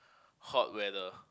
hot weather